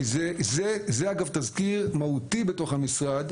כי זה אגב תזכיר מהותי בתוך המשרד,